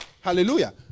hallelujah